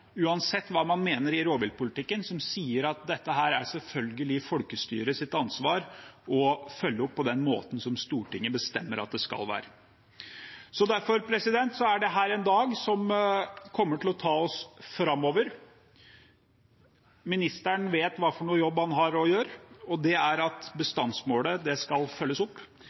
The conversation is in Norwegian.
uansett hva man mener i rovviltpolitikken – som sier at det selvfølgelig er folkestyrets ansvar å følge opp dette på den måten som Stortinget bestemmer at det skal gjøres. Derfor er dette en dag som kommer til å ta oss framover. Ministeren vet hvilken jobb han har å gjøre, og det er å følge opp bestandsmålet. Det